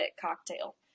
cocktail